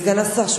סגן השר,